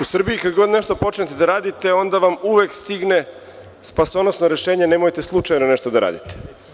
U Srbiji kada god nešto počnete da radite, onda vam uvek stigne spasonosno rešenje – nemojte slučajno nešto da radite.